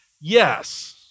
Yes